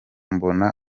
mbona